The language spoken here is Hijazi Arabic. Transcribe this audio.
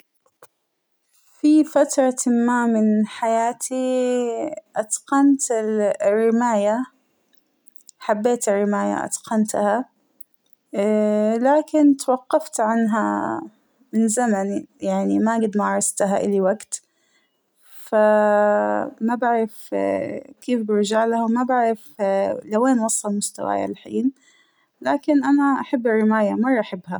فى فترةٍ ما من حياتى ، اا- أتقنت الرماية حبيت الرماية أتقنتها، لكن توقفت عنها من زمن يعنى ما جيت مارستها إلى وقت فاااا- ما بعرف كيف برجعلها وما بعرف لوين وصل مستواى الحين، لكن أنا أحب الرماية مرة أحبها.